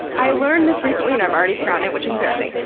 i learned this recently, and i've already forgotten it, which is embarrassing,